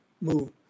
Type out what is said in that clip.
move